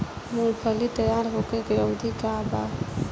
मूँगफली तैयार होखे के अवधि का वा?